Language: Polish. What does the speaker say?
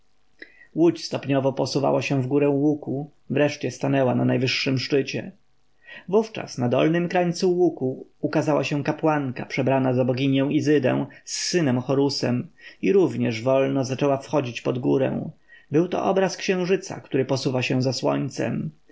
łódź stopniowo posuwała się w górę łuku wreszcie stanęła na najwyższym szczycie wówczas na dolnym krańcu łuku ukazała się kapłanka przebrana za boginię izydę z synem horusem i również wolno zaczęła wchodzić pod górę był to obraz księżyca który posuwa się za słońcem